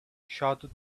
shouted